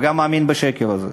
וגם מאמינה בשקר הזה.